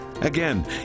Again